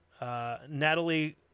Natalie